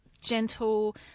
gentle